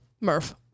Murph